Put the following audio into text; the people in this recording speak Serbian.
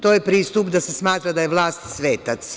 To je pristup da se smatra da je vlast svetac.